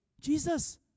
Jesus